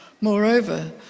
Moreover